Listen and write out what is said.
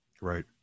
right